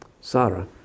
Sarah